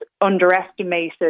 underestimated